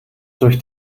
durch